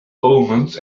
omens